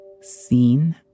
seen